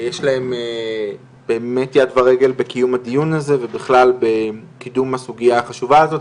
יש להם באמת יד ורגל בקיום הדיון הזה ובכלל בקידום הסוגיה החשובה הזאת,